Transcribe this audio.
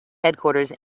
headquarters